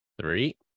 three